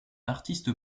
artiste